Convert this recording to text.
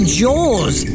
jaws